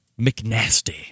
McNasty